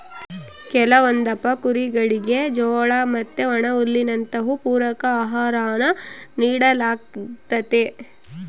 ಕೆಲವೊಂದಪ್ಪ ಕುರಿಗುಳಿಗೆ ಜೋಳ ಮತ್ತೆ ಒಣಹುಲ್ಲಿನಂತವು ಪೂರಕ ಆಹಾರಾನ ನೀಡಲಾಗ್ತತೆ